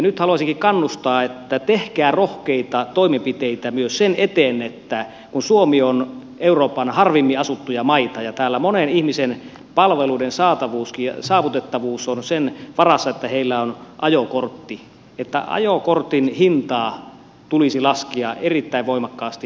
nyt haluaisinkin kannustaa että tehkää rohkeita toimenpiteitä myös sen eteen että kun suomi on euroopan harvimpaan asuttuja maita ja täällä monella ihmisellä palveluiden saavutettavuus on sen varassa että heillä on ajokortti niin ajokortin hintaa tulisi laskea erittäin voimakkaasti